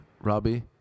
Robbie